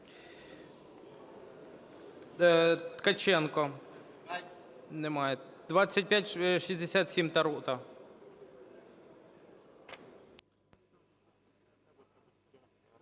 Ткаченко. Немає. 2567, Тарута.